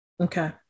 Okay